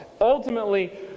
Ultimately